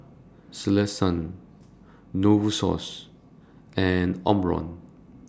Selsun Novosource and Omron